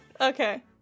Okay